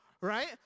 right